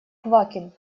квакин